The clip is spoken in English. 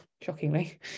shockingly